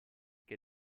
che